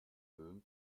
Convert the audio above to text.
böhm